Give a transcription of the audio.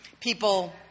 People